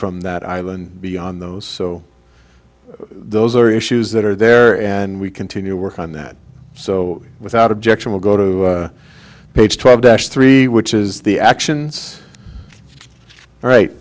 from that island beyond those so those are issues that are there and we continue to work on that so without objection we'll go to page twelve dash three which is the actions right